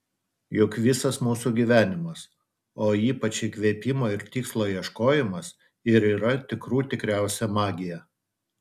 juk visas mūsų gyvenimas o ypač įkvėpimo ir tikslo ieškojimas ir yra tikrų tikriausia magija